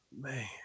man